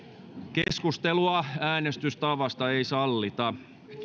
keskustelua äänestystavasta ei sallita